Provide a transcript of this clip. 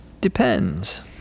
Depends